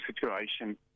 situation